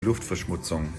luftverschmutzung